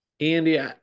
Andy